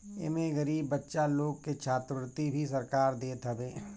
एमे गरीब बच्चा लोग के छात्रवृत्ति भी सरकार देत हवे